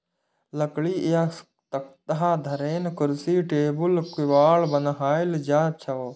लकड़ी सं तख्ता, धरेन, कुर्सी, टेबुल, केबाड़ बनाएल जाइ छै